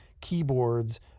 keyboards